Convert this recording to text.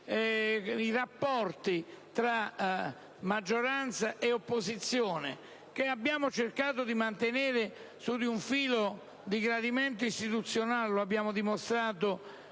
i rapporti tra maggioranza e opposizione, che abbiamo cercato di mantenere su un profilo di gradimento istituzionale - come abbiamo dimostrato